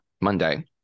Monday